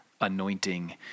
anointing